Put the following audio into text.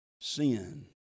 sin